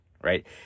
right